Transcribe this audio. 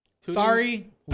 Sorry